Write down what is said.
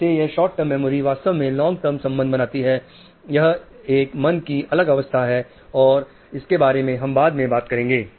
कैसे यह short term memory वास्तव में लोंग टर्म संबंध बनाती है यह एक मन की अलग अवस्था है और इसके बारे में हम बाद में बात करेंगे